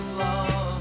love